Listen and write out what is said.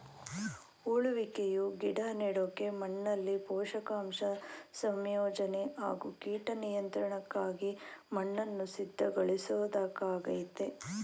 ಉಳುವಿಕೆಯು ಗಿಡ ನೆಡೋಕೆ ಮಣ್ಣಲ್ಲಿ ಪೋಷಕಾಂಶ ಸಂಯೋಜನೆ ಹಾಗೂ ಕೀಟ ನಿಯಂತ್ರಣಕ್ಕಾಗಿ ಮಣ್ಣನ್ನು ಸಿದ್ಧಗೊಳಿಸೊದಾಗಯ್ತೆ